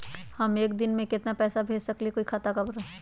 हम एक दिन में केतना पैसा भेज सकली ह कोई के खाता पर?